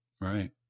right